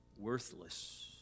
worthless